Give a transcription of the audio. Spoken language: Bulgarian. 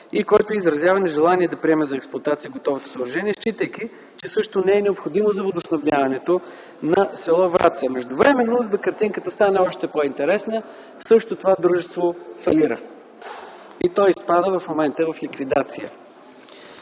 който изразява нежелание да приеме за експлоатация готовото съоръжение, считайки, че същото не е необходимо за водоснабдяването на с. Вратца. Междувременно, за да стане картинката още по-интересна – същото това дружество фалира и то изпада в момента в ликвидация.